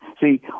see